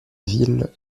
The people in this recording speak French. ville